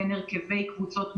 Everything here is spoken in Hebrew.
בין הרכבי קבוצות מורים.